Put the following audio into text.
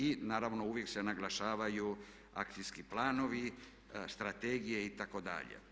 I naravno uvijek se naglašavaju akcijski planovi, strategije itd.